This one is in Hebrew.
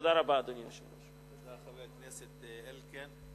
תודה לחבר הכנסת אלקין.